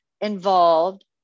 involved